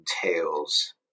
tales